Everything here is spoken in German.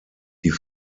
die